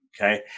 Okay